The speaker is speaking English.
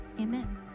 amen